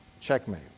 Checkmate